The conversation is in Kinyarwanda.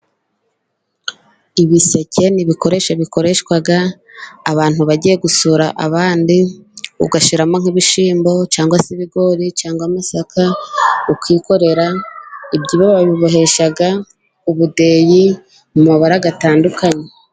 Ibiseke ni ibikoresho bikoreshwa abantu bagiye gusura abandi, ugashyiramo nk'ibishyimbo cyangwa se ibigori cyangwa amasaka ukikorera. Ibyibo babibohesha ubudeyi mu mabara atandukanye.